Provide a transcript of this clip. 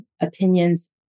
opinions